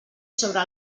sobre